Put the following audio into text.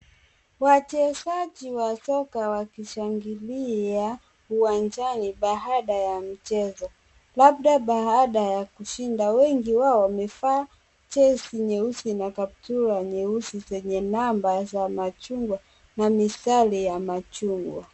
Wachezaji wa soka wakishangilia uwanjani baada ya michezo labda baada ya kushinda. Wengi wao wamevaa jezi nyeusi na kaptura nyeusi zenye namba za machungwa na mistari ya machungwa.